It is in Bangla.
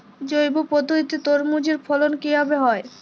জৈব পদ্ধতিতে তরমুজের ফলন কিভাবে হয়?